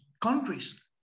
countries